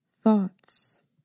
thoughts